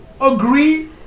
agree